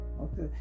Okay